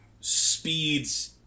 speeds